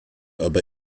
aber